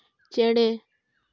ᱪᱮᱬᱮ